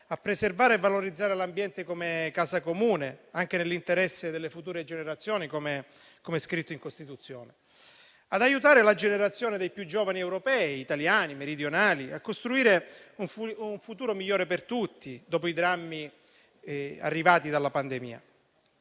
a preservare e valorizzare l'ambiente come casa comune, anche nell'interesse delle future generazioni, com'è scritto in Costituzione, ad aiutare la generazione dei più giovani europei (italiani, meridionali), nonché a costruire un futuro migliore per tutti, dopo i drammi arrivati dalla pandemia.